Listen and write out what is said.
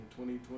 2020